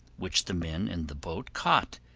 which the men in the boat caught,